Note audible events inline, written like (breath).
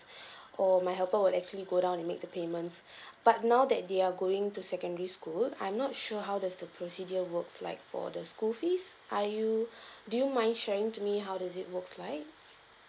(breath) or my helper would actually go down and make the payments (breath) but now that they are going to secondary school I'm not sure how does the procedure works like for the school fees are you (breath) do you mind sharing to me how is it works like